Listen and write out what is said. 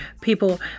people